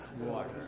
water